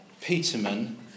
Peterman